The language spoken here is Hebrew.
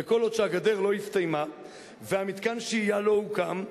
וכל עוד הגדר לא הסתיימה ומתקן השהייה לא הוקם,